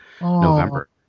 november